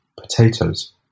potatoes